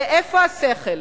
ואיפה השכל?